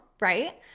right